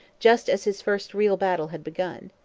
just as his first real battle had begun.